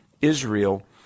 Israel